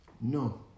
No